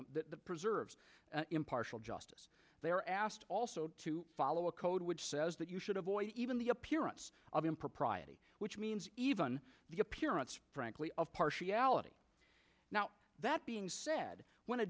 and preserves impartial justice they're asked also to follow a code which says that you should avoid even the appearance of impropriety which means even the appearance frankly of partiality now that being said when